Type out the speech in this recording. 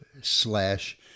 slash